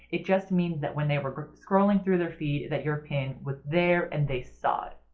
it just means that when they were scrolling through their feed that your pin was there and they saw it.